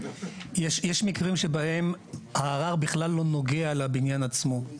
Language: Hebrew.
יש מקרים שבהם הערר בכלל לא נוגע לבניין עצמו.